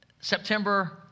September